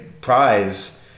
prize